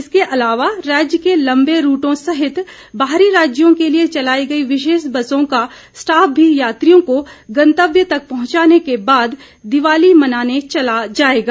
इसके अलावा राज्य के लंबे रूटों सहित बाहरी राज्यों के लिए चलाई गई विशेष बसों का स्टाफ भी यात्रियों को गंतव्य तक पहुंचाने के बाद दिवाली मनाने चला जाएगा